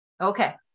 Okay